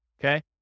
Okay